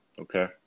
Okay